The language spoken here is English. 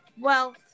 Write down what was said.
wealth